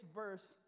verse